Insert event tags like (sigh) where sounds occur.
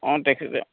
অ' (unintelligible)